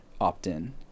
opt-in